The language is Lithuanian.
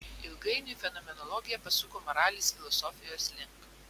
ilgainiui fenomenologija pasuko moralės filosofijos link